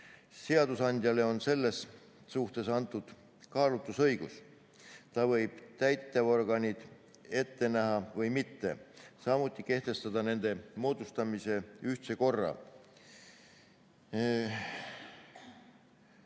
Seadusandjale on selles suhtes antud kaalutlusõigus: ta võib täitevorganid ette näha või mitte, samuti kehtestada nende moodustamise ühtse korra.